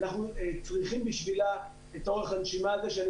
אנחנו צריכים בשבילה את אורך הנשימה זה שאני